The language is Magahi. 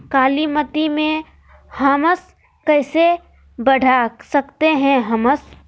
कालीमती में हमस कैसे बढ़ा सकते हैं हमस?